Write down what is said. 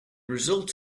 results